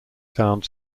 found